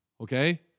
okay